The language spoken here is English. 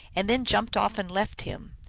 and then jumped off and left him.